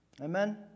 Amen